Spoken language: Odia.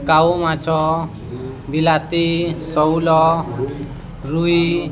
କଉ ମାଛ ବିଲାତି ଶେଉଳ ରୋହି